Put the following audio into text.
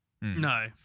no